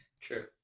True